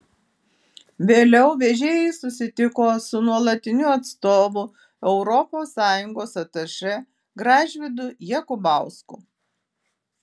vėliau vežėjai susitiko su nuolatiniu atstovu europos sąjungos atašė gražvydu jakubausku